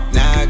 Now